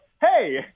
hey